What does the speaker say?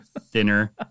thinner